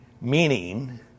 meaning